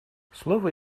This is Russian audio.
слово